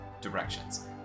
directions